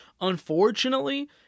unfortunately